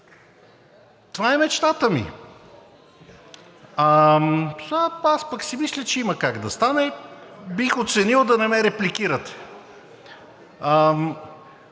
Това е мечтата ми! (Реплики.) Аз пък си мисля, че има как да стане. Бих оценил да не ме репликирате!